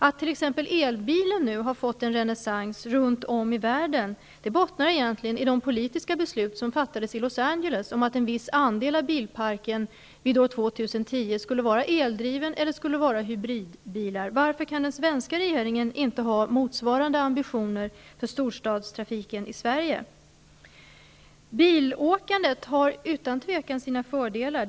Att t.ex elbilen har fått en renässans runt om i världen bottnar egentligen i det politiska beslut som fattades i Los Angeles om att en viss andel av bilparken år 2010 skulle vara eldriven eller skulle vara hybridbilar. Varför kan inte den svenska regeringen ha motsvarande ambitioner för storstadstrafiken i Sverige? Bilåkandet har utan tvekan sina fördelar.